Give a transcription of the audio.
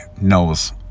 knows